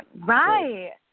right